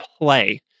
play